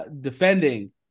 Defending